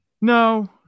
No